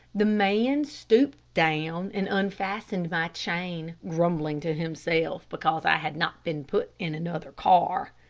the man stooped down and unfastened my chain, grumbling to himself because i had not been put in another car.